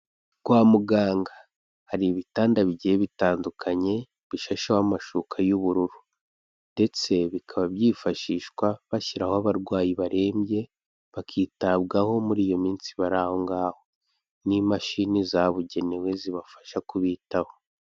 Kwa muganga hari ibitanda bigiye bitandukanye bishasheho amashuka y'ubururu, ndetse bikaba byifashishwa bashyiraho abarwayi barembye bakitabwaho muri iyo minsi bari aho ngaho n'imashini zabugenewe zibafasha kubitaho.